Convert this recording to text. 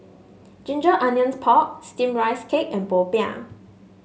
Ginger Onions Pork steam Rice Cake and popiah